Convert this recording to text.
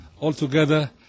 altogether